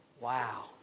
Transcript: Wow